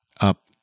up